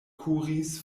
kuris